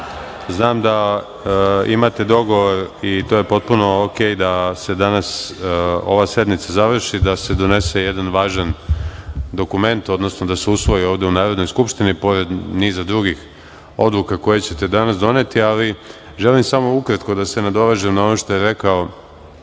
znam da imate dogovor i to je potpuno okej da se danas ova sednica završi i da se donese jedan važan dokument, odnosno da se usvoji ovde u Narodnoj Skupštini, pored niza drugih odluka koje ćete doneti danas. Želim samo ukratko da se nadovežem na ono što je rekao